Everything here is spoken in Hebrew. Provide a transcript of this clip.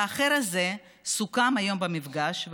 והאחר הזה סוכם היום במפגש,